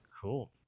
Cool